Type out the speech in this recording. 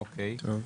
טוב.